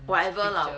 whatever lah